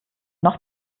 noch